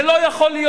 זה לא יכול להיות.